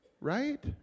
Right